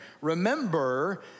Remember